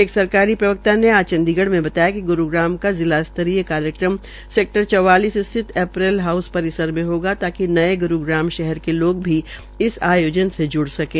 एक सरकारी प्रवक्ता के अन्सार चंडीगढ़ में आज बताया कि ग्रूग्राम का जिला स्त्रीय कार्यक्रम सेक्टर चवालिस स्थित एपैरेल हाउस परिसर में होंगे ताकि नये ग्रूग्राम शहर के लोग भी इस आयोजन से जुड़ सकें